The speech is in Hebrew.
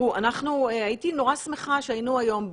הייתי נורא שמחה שהיינו היום,